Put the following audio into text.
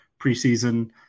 preseason